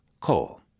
Coal